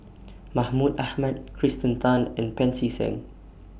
Mahmud Ahmad Kirsten Tan and Pancy Seng